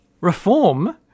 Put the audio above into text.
reform